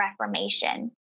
reformation